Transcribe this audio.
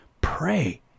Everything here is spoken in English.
pray